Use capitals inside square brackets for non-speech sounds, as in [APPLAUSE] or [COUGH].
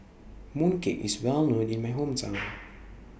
Mooncake IS Well known in My Hometown [NOISE]